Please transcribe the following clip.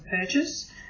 purchase